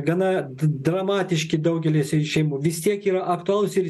gana d dramatiški daugelyse šeimų vis tiek yra aktualūs ir